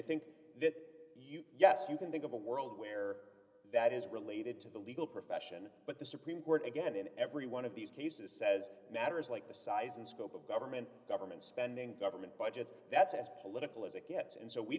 you yes you can think of a world where that is related to the legal profession but the supreme court again in every one of these cases says matters like the size and scope of government government spending government budgets that's as political as it gets and so we